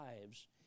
lives